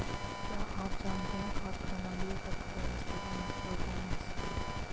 क्या आप जानते है खाद्य प्रणाली एक अर्थव्यवस्था का महत्वपूर्ण हिस्सा है?